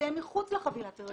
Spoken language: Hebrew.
זה יהיה מחוץ לחבילת הריון.